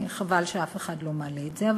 חבל שאף אחד לא מעלה את זה.